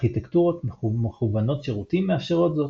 ארכיטקטורות מכוונות שירותים מאפשרות זאת.